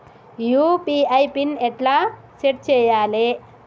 UPI PIN ఎట్లా set చేయాలే?